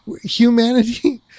humanity